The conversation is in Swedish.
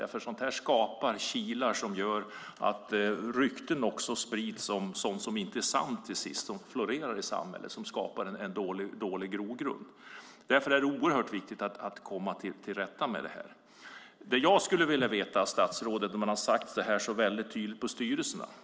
Detta skapar kilar som gör att osanna rykten sprids och florerar i samhället, och det skapar en dålig grogrund. Därför är det oerhört viktigt att komma till rätta med detta. Det jag skulle vilja veta från statsrådet är om man tydligt har sagt detta i styrelserna.